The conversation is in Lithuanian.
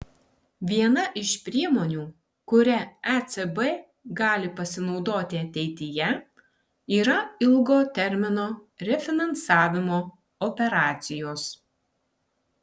viena iš priemonių kuria ecb gali pasinaudoti ateityje yra ilgo termino refinansavimo operacijos